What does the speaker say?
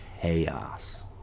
chaos